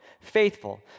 faithful